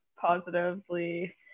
positively